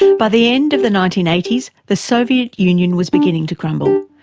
by the end of the nineteen eighty s, the soviet union was beginning to crumble,